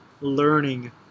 learning